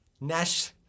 Nash